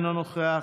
אינו נוכח,